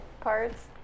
parts